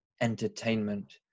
entertainment